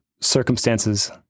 circumstances